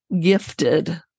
gifted